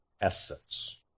essence